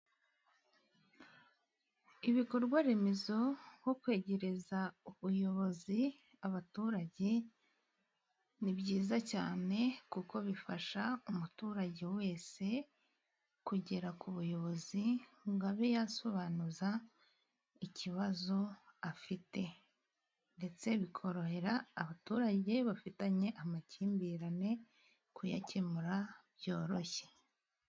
Ibikorwa remezo nko kwegereza ubuyobozi abaturage, ni byiza cyane kuko bifasha umuturage wese kugera ku buyobozi ngo abe yasobanuza ikibazo afite. Ndetse bikorohera abaturage bafitanye amakimbirane kuyakemura byoroshye.